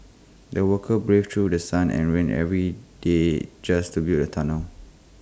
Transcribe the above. the workers braved through The Sun and rain every day just to build the tunnel